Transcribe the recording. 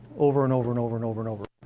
over and over and over and over and over.